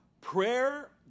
Prayer